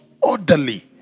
orderly